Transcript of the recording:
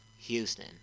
Houston